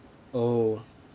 oh